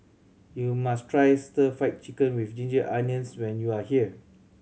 you must try Stir Fried Chicken With Ginger Onions when you are here